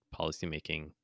policymaking